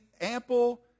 ample